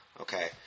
Okay